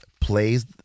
plays